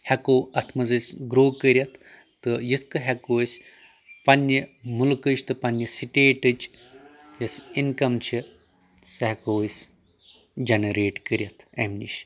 ہٮ۪کو اتھ منٛز أسۍ گرو کٔرتھ تہٕ یِتھ کٔنۍ ہٮ۪کو أسۍ پننہِ مُلکٕچ تہِ پننہِ سٹیٹٕچ یۄس اِنکم چھِ سۄ ہٮ۪کو أسۍ جنریٹ کٔرتھ امہِ نِش